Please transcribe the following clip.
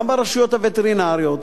גם ברשויות הווטרינריות,